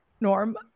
Norm